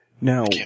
Now